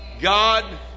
god